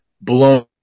blown